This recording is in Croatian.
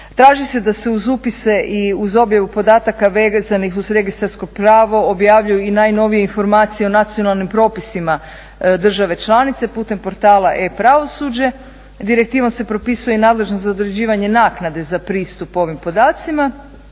Traži se da se uz upise i uz objavu podataka vezanih uz registarsko pravo objavljuju i najnovije informacije o nacionalnim propisima države članice putem portala e-pravosuđe. Direktivom se propisuje i nadležnost za određivanje naknade za pristup ovim podacima.